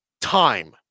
time